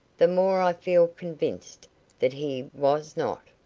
the more i feel convinced that he was not.